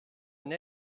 une